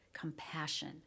compassion